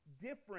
different